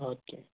اَدٕ کیٛاہ